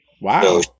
Wow